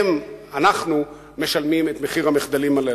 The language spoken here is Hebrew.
הם, אנחנו, משלמים את מחיר המחדלים הללו.